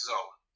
Zone